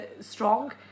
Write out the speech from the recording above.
strong